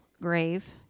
grave